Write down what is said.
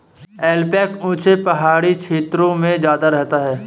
alpaca ऊँचे पहाड़ी क्षेत्रों में ज्यादा रहता है